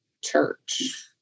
church